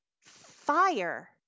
fire